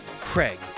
Craig